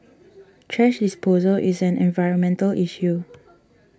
thrash disposal is an environmental issue